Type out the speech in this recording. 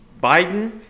Biden